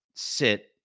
Sit